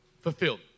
fulfilled